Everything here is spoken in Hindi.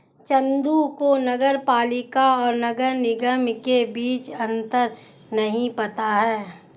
चंदू को नगर पालिका और नगर निगम के बीच अंतर नहीं पता है